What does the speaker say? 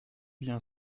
bien